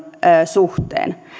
suhteen